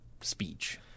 speech